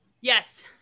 Yes